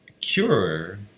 cure